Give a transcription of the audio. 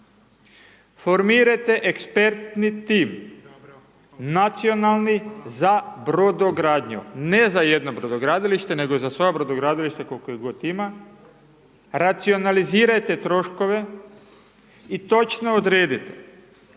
Formirajte ekspertni tim, nacionalni, za brodogradnju, ne za jedno brodogradilište, nego za sva brodogradilišta kol'ko ih god ima, racionalizirajte troškove i točno odredite